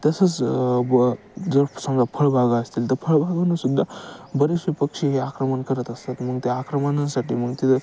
तसंच ब जर समजा फळबागा असतील तर फळबागांवरसुद्धा बरेचसे पक्षी हे आक्रमण करत असतात मग त्या आक्रमणांसाठी मग तिथं